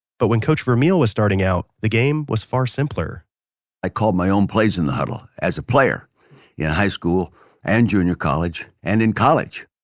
but when coach vermeil was starting out, the game was far simpler i called my own plays in the huddle, as a player in high school and junior college and in college.